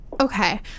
Okay